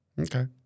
Okay